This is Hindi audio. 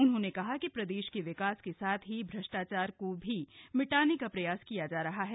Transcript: उन्होंने कहा कि प्रदेश के विकास के साथ ही भ्रष्टाचार को भी मिटाने का प्रयास किया जा रहा है